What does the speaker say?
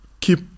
keep